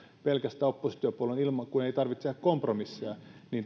pelkästään oppositiopuolueena kun ei tarvitse tehdä kompromissia